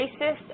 racist